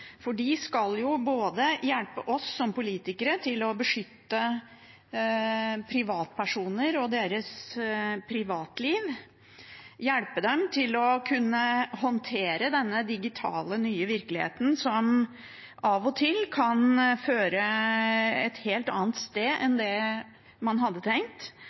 hjelpe oss som politikere til både å beskytte privatpersoner og deres privatliv og å hjelpe dem til å kunne håndtere den nye, digitale virkeligheten, som av og til kan føre et helt annet sted enn det man hadde tenkt,